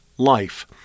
life